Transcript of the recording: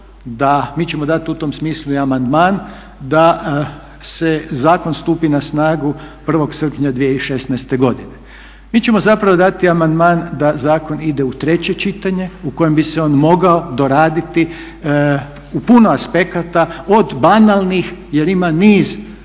mi ćemo dati u tom smislu i amandman, da zakon stupi na snagu 1. srpnja 2016. godine. Mi ćemo zapravo dati amandman da zakon ide u treće čitanje u kojem bi se on mogao doraditi u puno aspekata, od banalnih jer ima niz